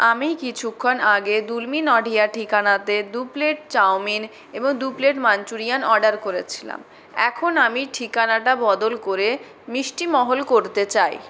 আমি কিছুক্ষণ আগে দুলমী নডিহা ঠিকানাতে দু প্লেট চাউমিন এবং দু প্লেট মাঞ্চুরিয়ান অর্ডার করেছিলাম এখন আমি ঠিকানাটা বদল করে মিষ্টিমহল করতে চাই